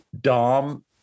Dom